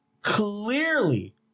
clearly